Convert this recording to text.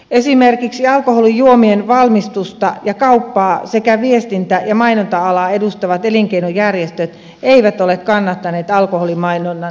esimerkiksi alkoholijuomien valmistusta ja kauppaa sekä viestintä ja mainonta alaa edustavat elinkeinojärjestöt eivät ole kannattaneet alkoholimainonnan lisärajoittamista